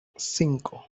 cinco